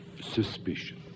suspicion